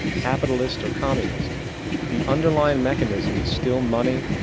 capitalist or communist the underlying mechanism is still money,